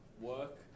work